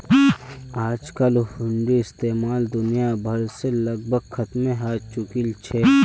आजकल हुंडीर इस्तेमाल दुनिया भर से लगभग खत्मे हय चुकील छ